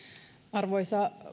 arvoisa